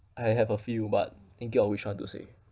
I have a few but thinking of which one to say